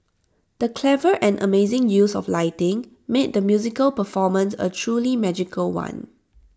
the clever and amazing use of lighting made the musical performance A truly magical one